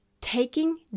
taking